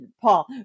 Paul